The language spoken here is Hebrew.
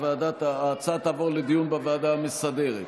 ההצעה תעבור לדיון בוועדה המסדרת.